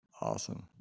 awesome